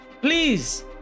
Please